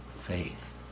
faith